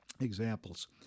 examples